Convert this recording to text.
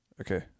Okay